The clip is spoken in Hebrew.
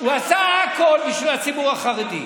הוא עשה הכול בשביל הציבור החרדי.